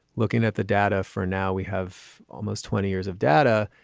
looking at the data for now, we have almost twenty years of data.